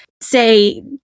say